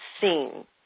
seen